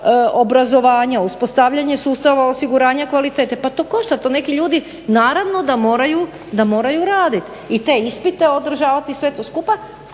obrazovanja, uspostavljanje sustava osiguranja kvalitete, pa to košta. To neki ljudi naravno da moraju, da moraju raditi. I te ispite održavati i sve to skupa